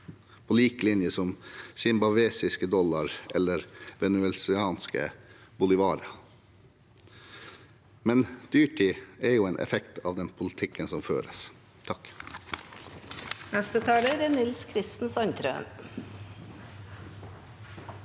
på lik linje med zimbabwisk dollar eller venezuelansk bolívar. Men dyrtid er jo en effekt av den politikken som føres. Nils